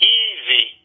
easy